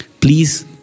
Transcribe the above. Please